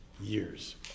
years